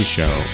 Show